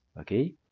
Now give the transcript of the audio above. okay